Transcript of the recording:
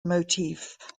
motif